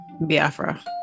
biafra